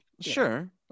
sure